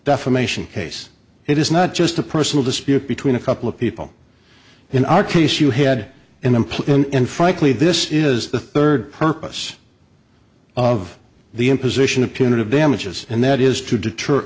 defamation case it is not just a personal dispute between a couple of people in our case you had an employee and frankly this is the third purpose of the imposition of punitive damages and that is to deter